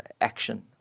action